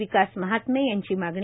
विकास महात्मे यांची मागणी